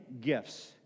gifts